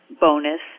bonus